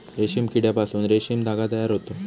रेशीम किड्यापासून रेशीम धागा तयार होतो